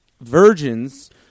virgins